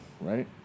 Right